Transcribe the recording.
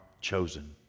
chosen